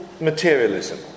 materialism